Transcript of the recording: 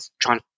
trying